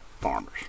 farmers